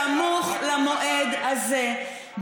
סמוך למועד הזה,